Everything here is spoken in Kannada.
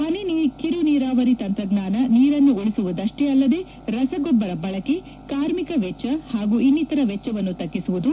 ಪನಿ ಕಿರುನೀರಾವರಿ ತಂತ್ರಜ್ಞಾನ ನೀರನ್ನು ಉಳಿಸುವುದಷ್ಟೇ ಅಲ್ಲದೆ ರಸಗೊಬ್ಬರ ಬಳಕೆ ಕಾರ್ಮಿಕ ವೆಚ್ಚ ಹಾಗೂ ಇನ್ನಿತರ ವೆಚ್ಚವನ್ನು ತಗ್ಗಿಸುವುದು